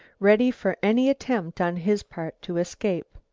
ready for any attempt on his part to escape.